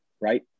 Right